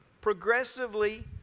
progressively